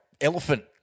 Elephant